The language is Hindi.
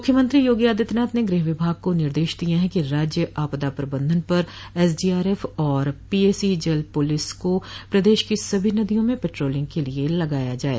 मुख्यमंत्री योगी आदित्यनाथ ने गृह विभाग को निर्देश दिये हैं कि राज्य आपदा प्रबंधन पर एसडीआरएफ और पीएसी जल पुलिस को प्रदेश की सभी नदियों में पेट्रोलिंग के लिये लगाया जाये